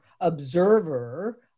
observer